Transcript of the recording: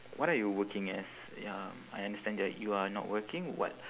what are you working as ya I understand that you are not working what